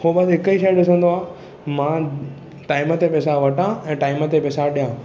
हो बस हिकु ई शइ ॾिसंदो आ मां टाइम ते पैसा वठा ऐं टाइम ते पैसा ॾियां